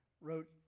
wrote